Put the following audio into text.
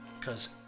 cause